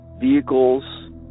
vehicles